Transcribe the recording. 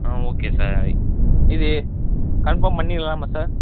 ஆ okay sir இது confirm பண்ணிடலாமா sir